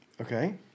Okay